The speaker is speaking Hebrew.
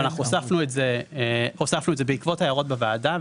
אנחנו הוספנו את זה בעקבות ההערות בוועדה.